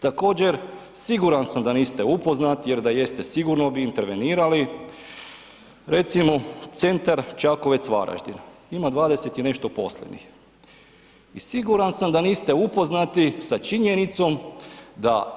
Također, siguran sam da niste upoznati jer da jeste sigurno bi intervenirali recimo Centar Čakovec – Varaždin ima 20 i nešto uposlenih i siguran sam da niste sa činjenicom da 4/